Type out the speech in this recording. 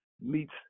meets